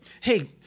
Hey